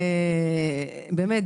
באמת,